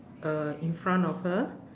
a in front of her